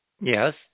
Yes